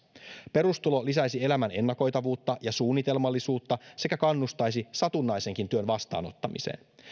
perustulo lisäisi elämän ennakoitavuutta ja suunnitelmallisuutta sekä kannustaisi satunnaisenkin työn vastaanottamiseen